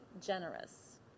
generous